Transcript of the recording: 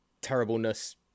terribleness